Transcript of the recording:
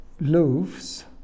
loaves